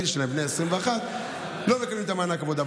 בני 21 לא מקבלים את מענק העבודה.